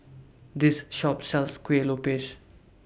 This Shop sells Kueh Lopes